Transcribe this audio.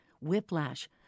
whiplash